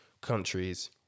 countries